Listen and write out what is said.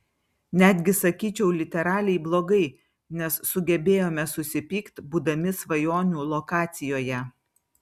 netgi sakyčiau literaliai blogai nes sugebėjome susipykt būdami svajonių lokacijoje